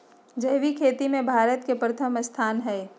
जैविक खेती में भारत के प्रथम स्थान हई